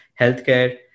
Healthcare